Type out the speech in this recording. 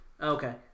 Okay